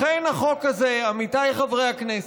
לכן החוק הזה, עמיתיי חברי הכנסת,